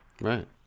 Right